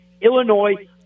Illinois